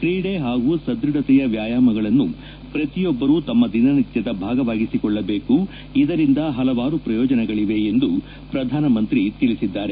ಕ್ರೀಡೆ ಹಾಗೂ ಸದ್ಬಧತೆಯ ವ್ಯಾಯಾಮಗಳನ್ನು ಪ್ರತಿಯೊಬ್ಬರು ತಮ್ಮ ದಿನನಿತ್ಯದ ಭಾಗವಾಗಿಸಿಕೊಳ್ಳಬೇಕು ಇದರಿಂದ ಹಲವಾರು ಪ್ರಯೋಜನಗಳಿವೆ ಎಂದು ಪ್ರಧಾನಮಂತಿ ತಿಳಿಸಿದ್ದಾರೆ